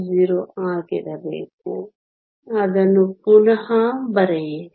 350 ಆಗಿರಬೇಕು ಅದನ್ನು ಪುನಃ ಬರೆಯಿರಿ